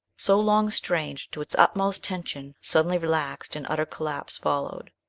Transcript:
so long strained to its utmost tension, suddenly relaxed and utter collapse followed.